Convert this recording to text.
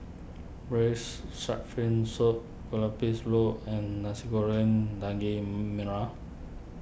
Braised Shark Fin Soup Kuih Lopes road and Nasi Goreng Daging Merah